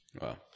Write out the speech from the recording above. Wow